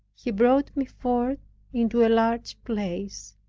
he brought me forth into a large place.